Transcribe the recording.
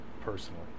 personally